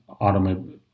automobile